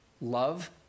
love